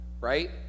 right